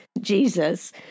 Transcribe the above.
Jesus